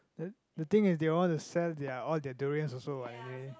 the the thing is they all want to sell their all their durians also what anyway